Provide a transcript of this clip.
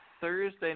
Thursday